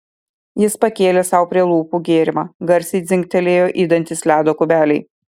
jis pakėlė sau prie lūpų gėrimą garsiai dzingtelėjo į dantis ledo kubeliai